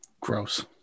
Gross